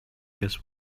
guess